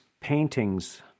paintings